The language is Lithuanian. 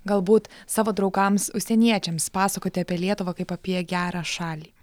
galbūt savo draugams užsieniečiams pasakoti apie lietuvą kaip apie gerą šalį